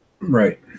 Right